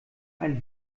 ein